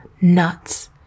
Nuts